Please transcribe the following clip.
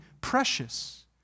precious